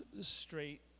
straight